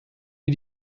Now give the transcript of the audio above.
wir